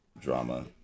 drama